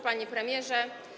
Panie Premierze!